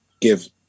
give